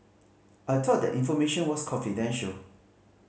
I thought that information was confidential